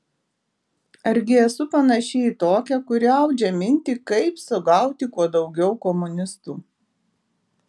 argi esu panaši į tokią kuri audžia mintį kaip sugauti kuo daugiau komunistų